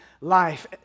life